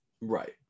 right